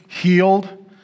healed